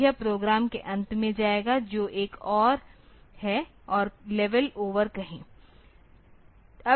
तो यह प्रोग्राम के अंत में जाएगा जो एक और है और लेवल ओवर कहे